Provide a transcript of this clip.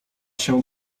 się